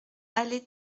allée